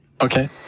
Okay